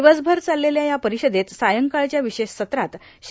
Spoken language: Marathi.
दिवसभर चाललेल्या या परिषदेत सायंकाळच्या विशेष सत्रात श्री